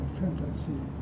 fantasy